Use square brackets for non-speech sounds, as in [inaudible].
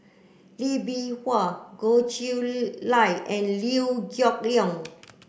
Lee Bee Wah Goh Chiew [unintelligible] Lye and Liew Geok Leong